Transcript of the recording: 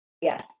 Yes